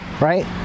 right